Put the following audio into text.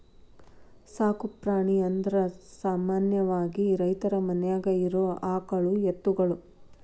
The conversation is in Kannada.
ಸಾಕು ಪ್ರಾಣಿ ಅಂದರ ಸಾಮಾನ್ಯವಾಗಿ ರೈತರ ಮನ್ಯಾಗ ಇರು ಆಕಳ ಎತ್ತುಗಳು